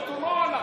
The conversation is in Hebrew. הוא בתומו הלך